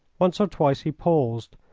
once or twice he paused,